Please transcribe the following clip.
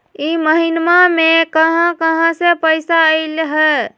इह महिनमा मे कहा कहा से पैसा आईल ह?